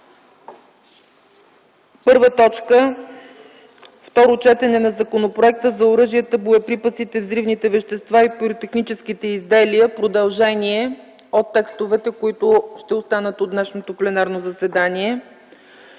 ред: 1. Второ четене на Законопроекта за оръжията, боеприпасите, взривните вещества и пиротехническите изделия – продължение от текстовете, които ще останат от днешното пленарно заседание.